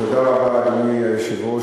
אדוני היושב-ראש,